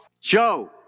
Joe